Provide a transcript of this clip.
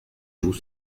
vous